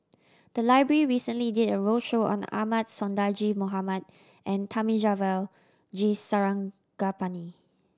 the library recently did a roadshow on Ahmad Sonhadji Mohamad and Thamizhavel G Sarangapani